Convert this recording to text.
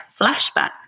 flashback